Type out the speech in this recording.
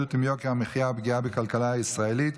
בהתמודדות עם יוקר המחיה ופגיעה בכלכלה הישראלית.